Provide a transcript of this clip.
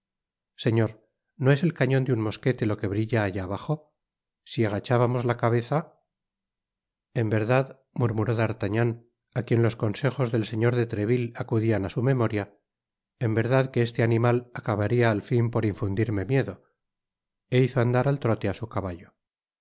señor no es el cañoñ de un mosquete lo que brilla allá bajo si agachábamos la cabeza en verdad murmuró d'artagnan á quien los consejos del señor de treville acudian á su memoria en verdad que este animal acabaría al fin por infundirme miedo é hizo andar al trote á su caballo